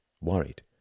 worried